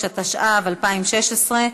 התשע"ו 2016,